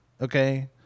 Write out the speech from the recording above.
okay